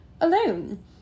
alone